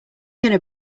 gonna